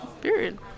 period